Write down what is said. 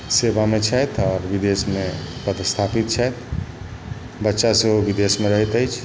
सेवामे छथि आओर विदेशमे पदस्थापित छथि बच्चा सेहो विदेशमे रहैत अछि